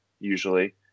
usually